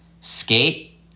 skate